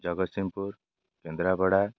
Jagatsinghpur Kendrapara